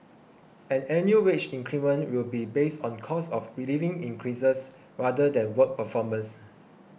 and annual wage increments will be based on cost of living increases rather than work performance